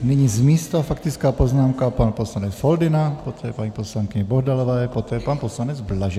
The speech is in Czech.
Nyní z místa faktická poznámka, pan poslanec Foldyna, poté paní poslankyně Bohdalová, poté pan poslanec Blažek.